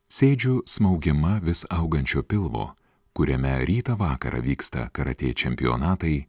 sėdžiu smaugiama vis augančio pilvo kuriame rytą vakarą vyksta karatė čempionatai